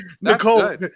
Nicole